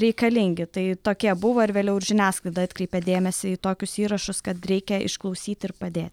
reikalingi tai tokie buvo ir vėliau ir žiniasklaida atkreipė dėmesį į tokius įrašus kad reikia išklausyt ir padėt